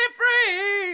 free